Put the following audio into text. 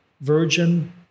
virgin